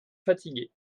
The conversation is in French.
fatigué